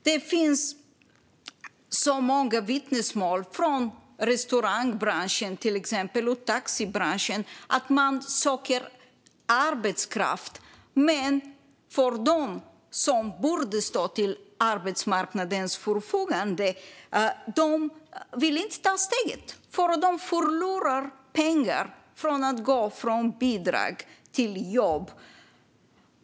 Det finns så många vittnesmål från till exempel restaurangbranschen och taxibranschen om att man söker arbetskraft, men de som borde stå till arbetsmarknadens förfogande vill inte ta steget, för de förlorar pengar på att gå från bidrag till jobb.